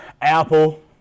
Apple